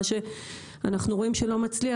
מה שאנחנו רואים שלא מצליח,